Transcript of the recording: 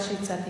מה שהצעתי.